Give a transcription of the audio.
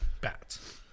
Bats